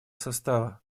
состава